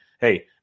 hey